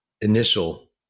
initial